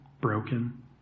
broken